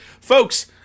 folks